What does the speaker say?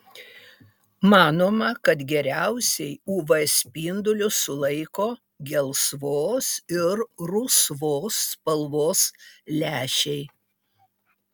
manoma kad geriausiai uv spindulius sulaiko gelsvos ir rusvos spalvos lęšiai